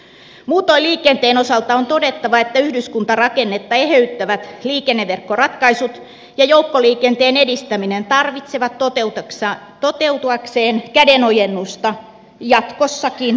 muutoin liikenteen osalta on todettava että yhdyskuntarakennetta eheyttävät liikenneverkkoratkaisut ja joukkoliikenteen edistäminen tarvitsevat toteutuakseen kädenojennusta jatkossakin valtiolta